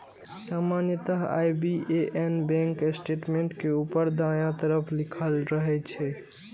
सामान्यतः IBAN bank statement के ऊपर दायां तरफ लिखल रहै छै